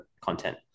content